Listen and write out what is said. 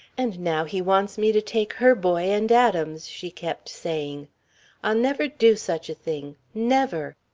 and now he wants me to take her boy and adam's, she kept saying i'll never do such a thing never.